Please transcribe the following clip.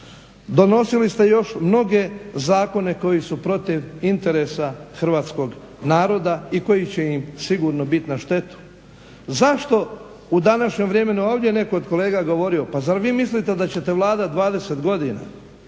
Donosili ste još mnoge zakone koji su protiv interesa hrvatskog naroda i koji će im biti sigurno na štetu. Zašto u današnjem vremenu ovdje netko je od kolega govorio, pa zar vi mislite da ćete vladati 20 godina?